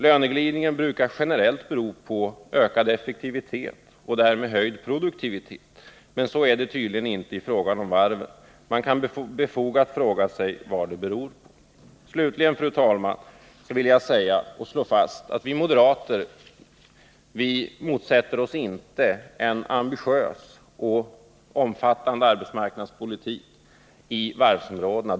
Löneglidningen brukar generellt bero på ökad effektivitet och därmed höjd produktivitet, men så är tydligen inte fallet i fråga om varven. Man kan med fog fråga sig vad det beror på. Slutligen, fru talman, vill jagslå fast att vi moderater inte motsätter oss en ambitiös och omfattande arbetsmarknadspolitik i varvsområdena.